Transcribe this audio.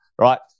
right